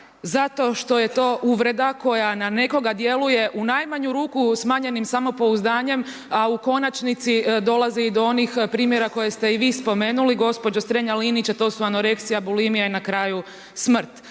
zato što je to uvreda koja na nekoga djeluje u najmanju ruku smanjenim samopouzdanjem, a u konačnici dolazi i do onih primjera koje ste i vi spomenuli gospođo Strenja-Linić a to su anoreksija, bulimija i na kraju smrt.